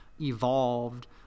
evolved